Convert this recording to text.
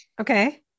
Okay